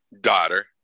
daughter